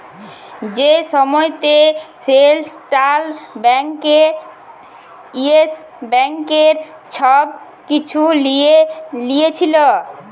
যে সময়তে central bank yes ব্যাংকের ছব কিছু লিঁয়ে লিয়েছিল